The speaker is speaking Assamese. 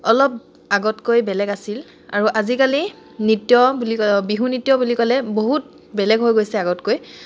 অলপ আগতকৈ বেলেগ আছিল আৰু আজিকালি নৃত্য বুলি ক বিহু নৃত্য বুলি ক'লে বহুত বেলেগ হৈ গৈছে আগতকৈ